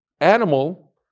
animal